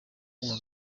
uwa